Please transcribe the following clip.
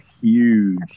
huge